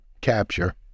capture